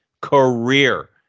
career